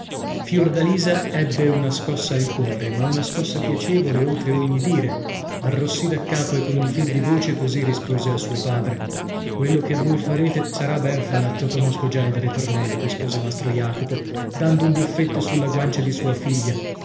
fiordalisa ebbe una scossa al cuore ma una scossa piacevole oltre ogni dire arrossì da capo e con un fil di voce così rispose a suo padre quello che voi farete sarà bene fatto conosco già il ritornello rispose mastro jacopo dando un buffetto sulla guancia di sua figlia